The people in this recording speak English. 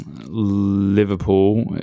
Liverpool